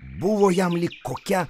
buvo jam lyg kokia